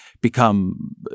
become